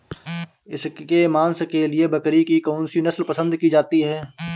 इसके मांस के लिए बकरी की कौन सी नस्ल पसंद की जाती है?